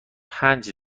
پنج